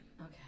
Okay